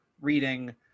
reading